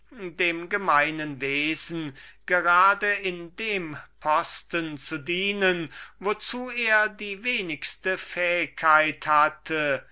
dem gemeinen wesen gerade in dem posten zu dienen wozu er die wenigste fähigkeit hatte